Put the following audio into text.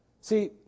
See